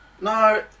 No